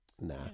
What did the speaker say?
Nah